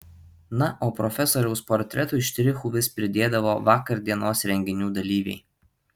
na o profesoriaus portretui štrichų vis pridėdavo vakardienos renginių dalyviai